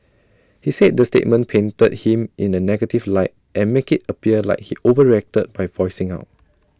he said the statement painted him in A negative light and make IT appear like he overreacted by voicing out